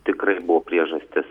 tikrai buvo priežastis